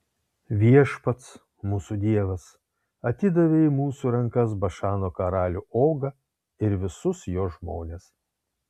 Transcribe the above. viešpats mūsų dievas atidavė į mūsų rankas bašano karalių ogą ir visus jo žmones